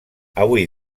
avui